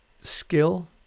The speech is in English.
skill